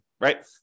right